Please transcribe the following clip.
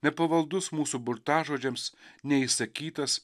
nepavaldus mūsų burtažodžiams neįsakytas